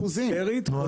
אחוזים.